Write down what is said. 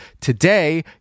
Today